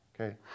Okay